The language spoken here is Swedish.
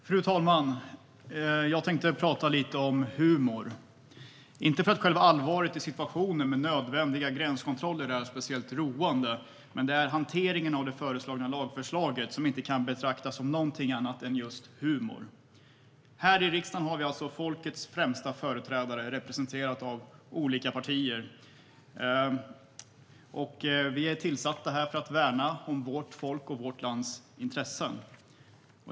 Fru talman! Jag tänkte prata lite om humor, inte för att själva allvaret i situationen med nödvändiga gränskontroller är speciellt roande, men det är hanteringen av det föreslagna lagförslaget som inte kan betraktas som någonting annat än just som humor. Här i riksdagen finns folkets främsta företrädare representerade av olika partier. Vi är tillsatta för att värna om vårt folks och vårt lands intressen.